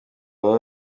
baba